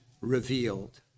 revealed